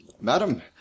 Madam